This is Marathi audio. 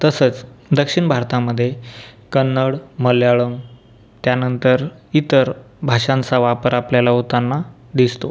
तसंच दक्षिण भारतामधे कन्नड मल्याळम यानंतर इतर भाषांचा वापर आपल्याला होताना दिसतो